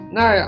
no